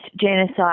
genocide